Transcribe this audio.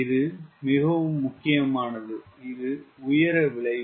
இது மிகவும் முக்கியமானது இது உயர விளைவு